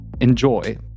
Enjoy